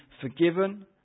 forgiven